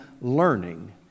learning